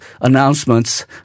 announcements